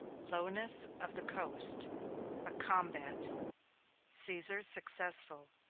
lowness of the coast a combat caesar successful.